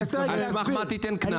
שהוא התכוון -- על סמך מה תיתן קנס?